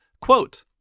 quote